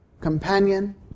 companion